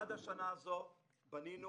עד השנה הזו בנינו,